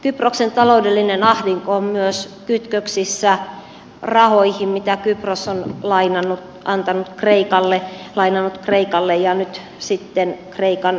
kyproksen taloudellinen ahdinko on myös kytköksissä rahoihin mitä kypros on lainannut kreikalle ja nyt sitten kreikan kriisin myötä menettänyt